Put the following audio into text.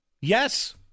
Yes